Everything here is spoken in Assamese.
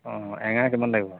অঁ এঙাৰ কিমান লাগিব